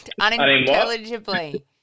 Unintelligibly